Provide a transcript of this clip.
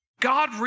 God